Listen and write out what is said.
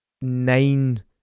Nine